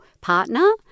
partner